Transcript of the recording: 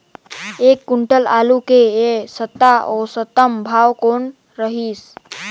एक क्विंटल आलू के ऐ सप्ता औसतन भाव कौन रहिस?